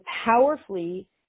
powerfully